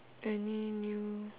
any new